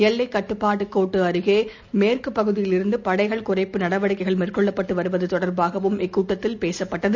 எல்லைக் கட்டுப்பாடு கோடு அருகே மேற்குப் பகுதியில் இருந்து படைகள் குறைப்பு நடவடிக்கைகள் மேற்கொள்ளப்பட்டு வருவது தொடர்பாகவும் இக்கூட்டத்தில் பேசுப்பட்டது